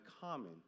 common